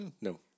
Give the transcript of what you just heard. No